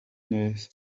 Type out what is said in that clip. neza